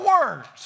words